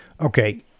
Okay